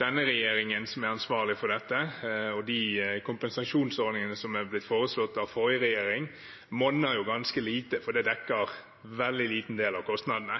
denne regjeringen som er ansvarlig for dette. De kompensasjonsordningene som er blitt foreslått av forrige regjering, monner ganske lite, for det dekker en veldig liten del av kostnadene.